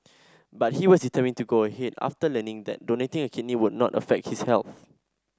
but he was determined to go ahead after learning that donating a kidney would not affect his health